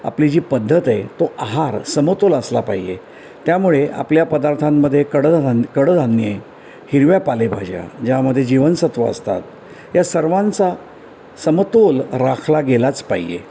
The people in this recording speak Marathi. आपली जी पद्धत आहे तो आहार समतोल असला पाहिजे त्यामुळे आपल्या पदार्थांमध्ये कड कडधान्ये हिरव्या पालेभाज्या ज्यामध्ये जीवनसत्व असतात या सर्वांचा समतोल राखला गेलाच पाहिजे